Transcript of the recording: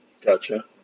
Gotcha